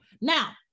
Now